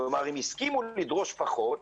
כלומר, הם הסכימו לדרוש פחות.